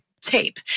tape